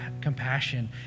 compassion